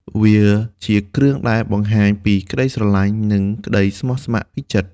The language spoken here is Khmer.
វាជាគ្រឿងដែលបង្ហាញពីក្តីស្រឡាញ់ និងក្តីស្មោះស្ម័គ្រពីចិត្ត។